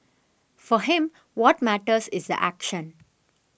for him what matters is action